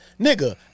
Nigga